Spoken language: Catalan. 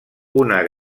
una